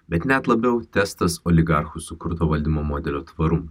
bet net labiau testas oligarchų sukurto valdymo modelio tvarų